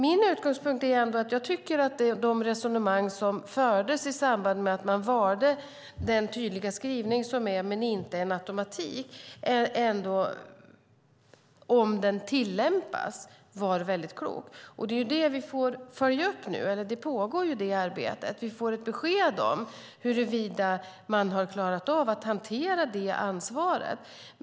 Min utgångspunkt är att jag tycker att de resonemang som fördes i samband med att man valde den tydliga skrivning som finns var klokt. Det är inte en automatik, utan det handlar om huruvida skrivningen tillämpas. Det är det vi får följa upp nu. Arbetet pågår, och vi får ett besked om huruvida man har klarat av att hantera ansvaret.